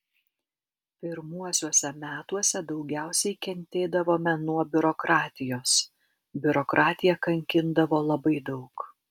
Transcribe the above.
pirmuosiuose metuose daugiausiai kentėdavome nuo biurokratijos biurokratija kankindavo labai daug